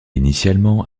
initialement